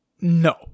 no